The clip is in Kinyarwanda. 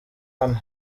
hano